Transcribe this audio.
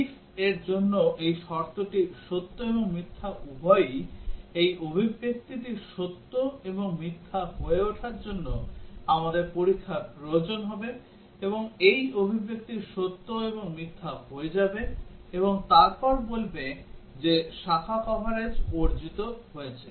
if এর জন্য এই শর্তটি সত্য এবং মিথ্যা উভয়ই এই অভিব্যক্তিটি সত্য এবং মিথ্যা হয়ে উঠার জন্য আমাদের পরীক্ষার প্রয়োজন হবে এবং এই অভিব্যক্তি সত্য এবং মিথ্যা হয়ে যাবে এবং তারপর বলবে যে শাখা কভারেজ অর্জিত হয়েছে